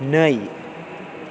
नै